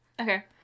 Okay